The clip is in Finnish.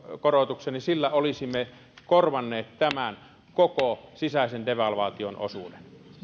korotuksen sillä olisimme korvanneet tämän koko sisäisen devalvaation osuuden